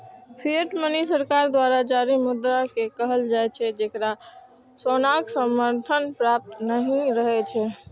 fiat money सरकार द्वारा जारी मुद्रा कें कहल जाइ छै, जेकरा सोनाक समर्थन प्राप्त नहि रहै छै